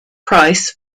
price